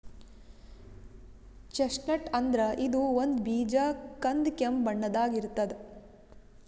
chestnut ಅಂದ್ರ ಇದು ಒಂದ್ ಬೀಜ ಕಂದ್ ಕೆಂಪ್ ಬಣ್ಣದಾಗ್ ಇರ್ತದ್